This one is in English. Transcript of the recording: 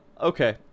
Okay